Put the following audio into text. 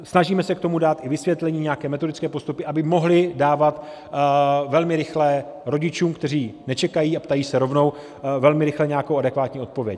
Snažíme se k tomu dát i vysvětlení, nějaké metodické postupy, aby mohli dávat velmi rychle rodičům, kteří nečekají a ptají se rovnou, nějakou adekvátní odpověď.